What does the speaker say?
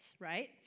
right